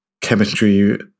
chemistry